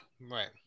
right